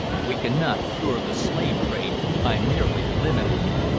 we cannot cure the slave-trade by merely limiting it.